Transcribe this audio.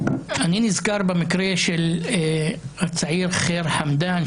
אני נזכר במקרה של הצעיר חיר חמדאן,